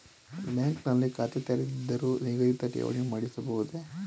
Bank ನಲ್ಲಿ ಖಾತೆ ತೆರೆಯದಿದ್ದರೂ ನಿಗದಿತ ಠೇವಣಿ ಮಾಡಿಸಬಹುದೇ?